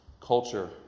culture